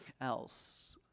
else